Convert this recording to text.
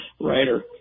writer